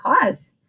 cause